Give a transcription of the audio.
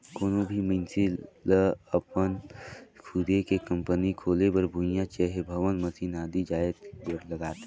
कोनो भी मइनसे लअपन खुदे के कंपनी खोले बर भुंइयां चहे भवन, मसीन आदि जाएत बर लागथे